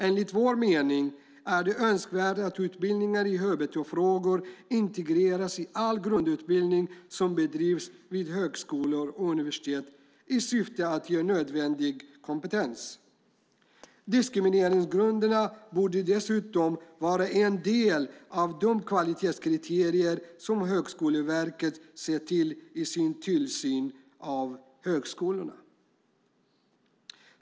Enligt vår mening är det önskvärt att utbildningar i hbt-frågor integreras i all grundutbildning som bedrivs vid högskolor och universitet i syfte att ge nödvändig kompetens. Diskrimineringsgrunderna borde dessutom vara en del av de kvalitetskriterier som Högskoleverket ser till i sin tillsyn av högskolorna.